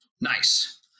Nice